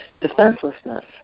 Defenselessness